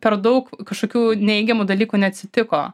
per daug kažkokių neigiamų dalykų neatsitiko